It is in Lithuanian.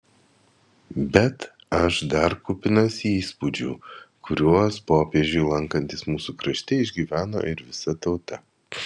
bet aš dar kupinas įspūdžių kuriuos popiežiui lankantis mūsų krašte išgyveno ir visa tauta